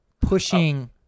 pushing